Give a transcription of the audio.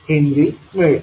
5 henry मिळेल